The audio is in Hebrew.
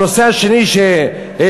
הנושא השני שהעליתם,